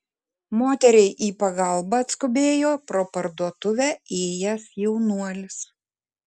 moteriai į pagalbą atskubėjo pro parduotuvę ėjęs jaunuolis